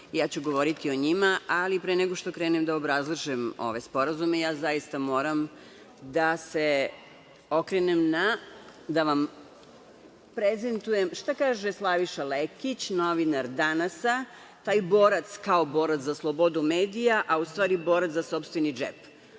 ja ću govoriti o njima, ali pre nego što krenem da obrazlažem sporazume, zaista moram da se okrenem da vam prezentujem šta kaže Slaviša Lekić, novinar „Danas“, taj borac, kao borac za slobodu medija, a u stvari borac za sopstveni